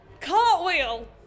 cartwheel